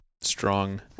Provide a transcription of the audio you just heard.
strong